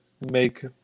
make